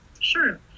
Sure